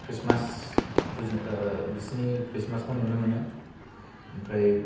Christmas फुजिनो ओ बिसिनि ख्रिस्टमासखौ नुनो मोनो आमफ्राय